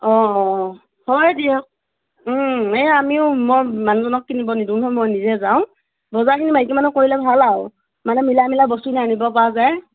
অ অ অ হয় দিয়ক ও এই আমিও মই মানুহজনক কিনিব নিদিওঁ নহয় মই নিজে যাওঁ বজাৰখিনি মাইকী মানুহে কৰিলে ভাল আৰু মানে মিলাই মিলাই বস্তুখিনি আনিব পৰা যায়